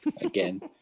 again